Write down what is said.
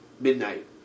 midnight